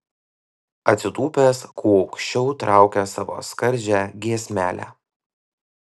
atsitūpęs kuo aukščiau traukia savo skardžią giesmelę